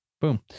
boom